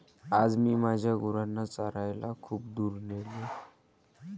आज मी माझ्या गुरांना चरायला खूप दूर नेले